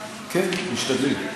כן, משתדלים.